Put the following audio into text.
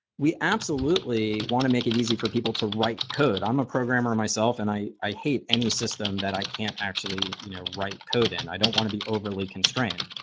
we absolutely we want to make it easy for people to write code. i'm a programmer myself and i i hate any system that i can't actually you know write code in. i don't want to be overly constrained.